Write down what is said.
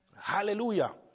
Hallelujah